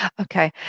Okay